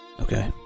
Okay